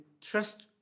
trust